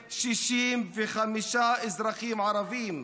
1,265 אזרחים ערבים.